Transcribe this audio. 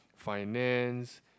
finance